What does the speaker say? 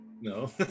No